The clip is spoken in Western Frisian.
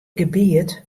gebiet